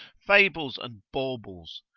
fables, and baubles.